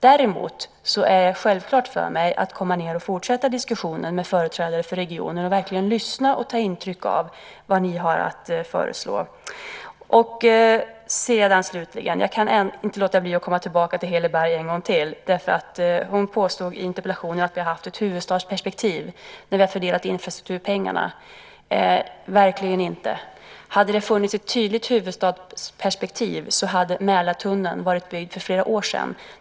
Däremot är det självklart för mig att komma ned och fortsätta diskussionen med företrädare för regionen och verkligen lyssna och ta intryck av vad ni har att föreslå. Jag kan inte låta bli att komma tillbaka till Heli Berg. Hon påstod i interpellationen att vi har haft ett huvudstadsperspektiv när vi har fördelat infrastrukturpengarna. Det har vi verkligen inte. Hade det funnits ett tydligt huvudstadsperspektiv hade Mälartunneln varit byggd för flera år sedan.